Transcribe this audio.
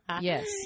Yes